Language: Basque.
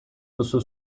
duzu